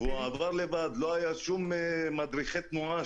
הוא עבר לבד ולא היו מדריכי תנועה.